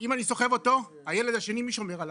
אם אני סוחב אותו, הילד השני, מי שומר עליו?